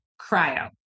cryo